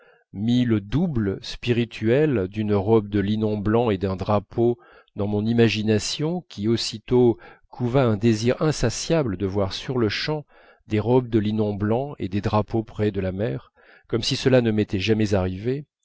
le double spirituel d'une robe de linon blanc et d'un drapeau dans mon imagination qui aussitôt couva un désir insatiable de voir sur-le-champ des robes de linon blanc et des drapeaux près de la mer comme si cela ne m'était jamais arrivé